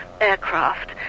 aircraft